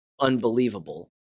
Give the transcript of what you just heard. unbelievable